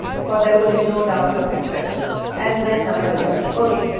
for there could be no doubt of his sex and then number eleven, ok.